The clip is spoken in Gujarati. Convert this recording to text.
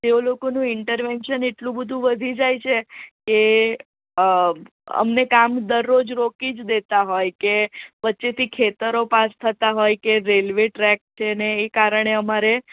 તેઓ લોકોનું ઇન્ટરવેશન એટલું બધું વધી જાય છે કે અમને કામ દરરોજ રોકી જ દેતા હોય કે વચ્ચેથી ખેતરો પાસ થતા હોય કે રેલવે ટ્રેક છે અને એ કારણે અમારે